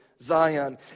Zion